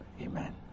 Amen